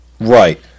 Right